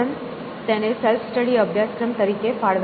Ravindran તેને self study અભ્યાસક્રમ તરીકે ફાળવે છે